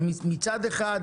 מצד אחד,